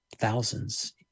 thousands